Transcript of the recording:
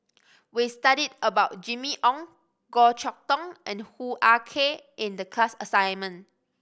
we studied about Jimmy Ong Goh Chok Tong and Hoo Ah Kay in the class assignment